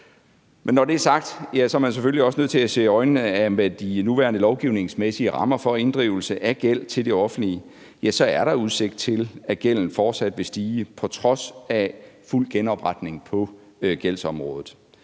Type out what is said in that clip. når det er sagt, er man selvfølgelig også nødt til at se i øjnene, at med de nuværende lovgivningsmæssige rammer for inddrivelse af gæld til det offentlige er der udsigt til, at gælden fortsat vil stige på trods af fuld genopretning på gældsområdet.